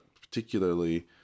particularly